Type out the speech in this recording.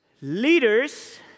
Leaders